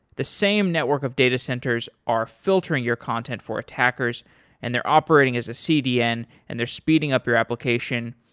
the same network of data centers are filtering your content for attackers and they are operating as a cdn and they are speeding up your application.